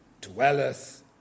dwelleth